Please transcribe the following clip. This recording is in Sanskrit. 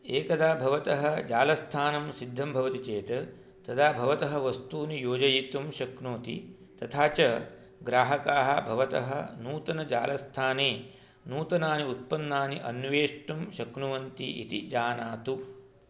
एकदा भवतः जालस्थानं सिद्धं भवति चेत् तदा भवतः वस्तूनि योजयितुं शक्नोति तथा च ग्राहकाः भवतः नूतनजालस्थाने नूतनानि उत्पन्नानि अन्वेष्टुं शक्नुवन्ति इति जानातु